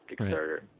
Kickstarter